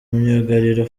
myugariro